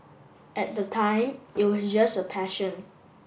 at the time it was just a passion